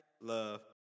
Love